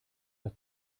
das